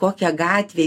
kokia gatvė